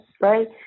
right